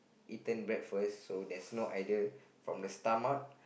eaten breakfast so there's no idea from the stomach